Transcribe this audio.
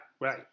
right